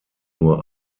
nur